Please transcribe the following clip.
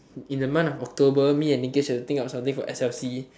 in the month of October me and have to think of something for s_l_c